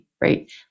right